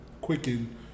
Quicken